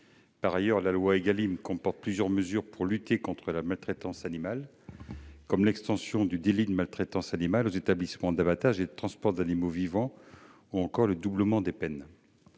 Par ailleurs, la loi Égalim comporte plusieurs mesures visant à lutter contre la maltraitance animale, comme l'extension du délit de maltraitance animale aux établissements d'abattage et de transport d'animaux vivants, ou encore le doublement des peines.